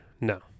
no